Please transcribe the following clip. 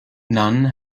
none